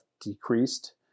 decreased